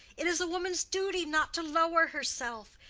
it is a woman's duty not to lower herself.